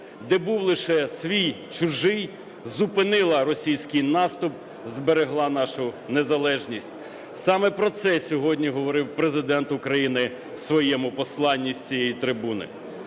де був лише свій-чужий, зупинила російський наступ, зберегла нашу незалежність. Саме про це сьогодні говорив Президент України в своєму посланні з цієї трибуни.